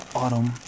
autumn